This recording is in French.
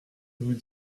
vous